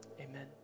amen